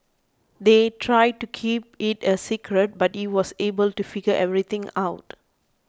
they tried to keep it a secret but he was able to figure everything out